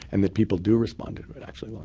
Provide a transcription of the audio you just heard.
and that people do responded but actually, laura.